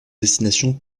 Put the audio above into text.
destinations